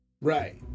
Right